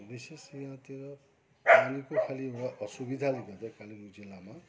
विशेष यहाँतिर पानीको खाली असुविधाले गर्दा कालिम्पोङ जिल्लामा